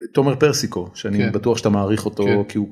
‫תומר פרסיקו, שאני בטוח ‫שאתה מעריך אותו כי הוא...